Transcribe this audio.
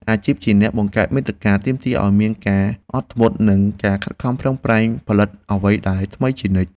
អាជីពជាអ្នកបង្កើតមាតិកាទាមទារឱ្យមានការអត់ធ្មត់ និងការខិតខំប្រឹងប្រែងផលិតអ្វីដែលថ្មីជានិច្ច។